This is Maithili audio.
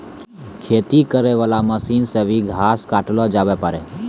खेती करै वाला मशीन से भी घास काटलो जावै पाड़ै